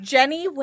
Jenny